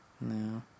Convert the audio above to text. No